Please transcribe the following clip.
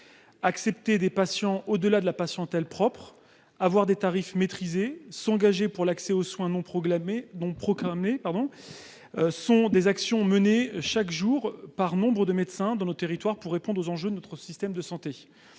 Accepter des patients au-delà de leur patientèle propre, avoir des tarifs maîtrisés ou encore s'engager pour l'accès aux soins non programmés sont des actions menées chaque jour par nombre de médecins dans nos territoires, pour répondre aux enjeux de notre système de santé.